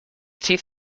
teeth